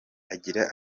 agira